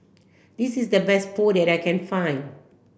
this is the best Pho that I can find